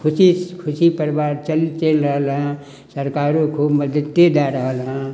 खुशी खुशी परिवार चल चलि रहल हँ सरकारों खूब मददे दय रहल हँ